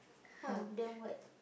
!huh! then what